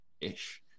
ish